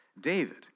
David